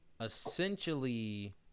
essentially